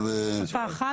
שפה אחת.